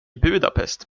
budapest